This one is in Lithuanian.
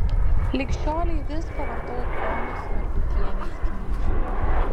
lig šiolei vis pavartau onos narbutienės knygą